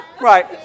Right